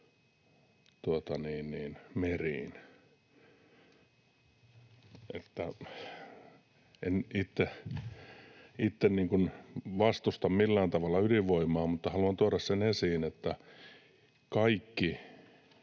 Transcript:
meriin. En itse vastusta millään tavalla ydinvoimaa, mutta haluan tuoda esiin sen, että kaikki